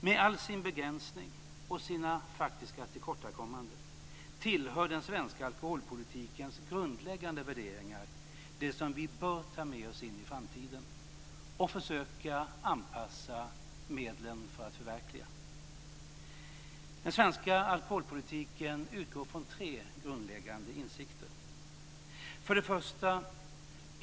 Med all sin begränsning och sina faktiska tillkortakommanden tillhör den svenska alkoholpolitikens grundläggande värderingar det som vi bör ta med oss in i framtiden och försöka anpassa medlen för att förverkliga. Den svenska alkoholpolitiken utgår från tre grundläggande insikter: 1.